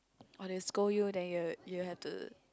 orh they scold you then you you have to